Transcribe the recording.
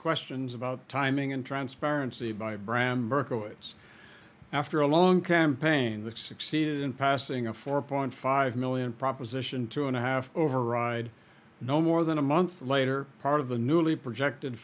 questions about timing and transparency by bram berkowitz after a long campaign that succeeded in passing a four point five million proposition two and a half override no more than a month later part of the newly projected